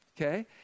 okay